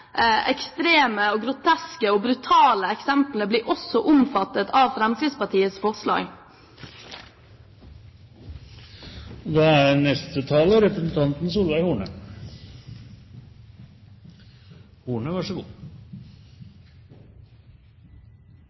ekstreme, groteske og brutale eksemplene blir også omfattet av Fremskrittspartiets forslag.